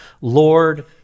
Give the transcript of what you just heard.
Lord